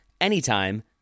anytime